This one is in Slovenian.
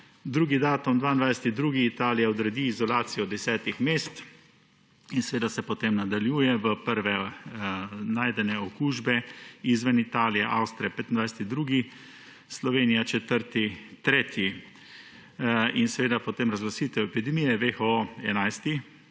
drugi datum 22. 2., Italija odredi izolacijo 10 mest, in seveda se potem nadaljuje v prve najdene okužbe izven Italije, Avstrija 25. 2., Slovenija 4. 3., potem razglasitev epidemije WHO 11.